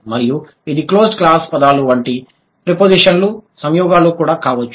మరియు ఇది closed class పదాలు వంటి ప్రిపోజిషన్లు సంయోగాలు కూడా కావచ్చు